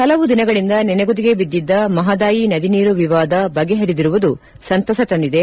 ಹಲವು ದಿನಗಳಿಂದ ನೆನೆಗುದಿಗೆ ಬಿದ್ದಿದ್ದ ಮಹದಾಯಿ ನದಿ ನೀರು ವಿವಾದ ಬಗೆಹರಿದಿರುವುದು ಸಂತಸ ತಂದಿದೆ